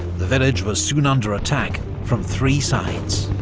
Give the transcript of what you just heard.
the village was soon under attack from three sides.